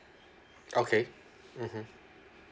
okay mmhmm